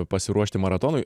pasiruošti maratonui